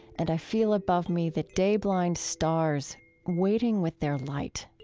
and i feel above me the day-blind stars waiting with their light.